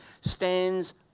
stands